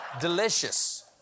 Delicious